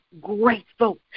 grateful